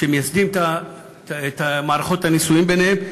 שמייסדים את מערכות הנישואים ביניהם.